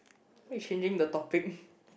who is changing the topic